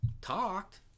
talked